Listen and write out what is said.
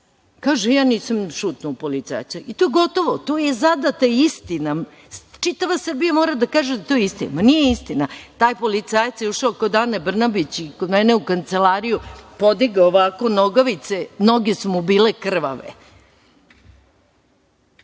kaže – ja nisam šutnuo policajca. To je gotovo, to je zadata istina, čitava Srbija mora da kaže da je to istina. Nije istina. Taj policajac je ušao kod Ane Brnabić i kod mene u kancelariju, podigao nogavice, noge su mu bile krvave. Znači,